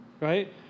right